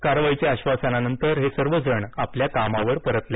कारवाईच्या आश्वासनानंतर हे सर्वजण आपल्या कामावर परतले